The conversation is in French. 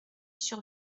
sur